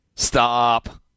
Stop